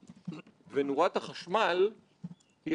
"אנחנו יכולים שתהיה לנו דמוקרטיה פוליטית,